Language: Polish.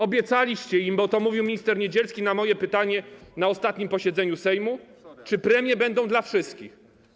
Obiecaliście im, bo to mówił minister Niedzielski na moje pytanie na ostatnim posiedzeniu Sejmu, czy premie będą dla wszystkich.